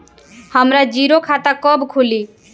हमरा जीरो खाता कब खुली?